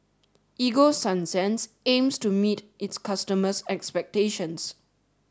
Ego Sunsense aims to meet its customers' expectations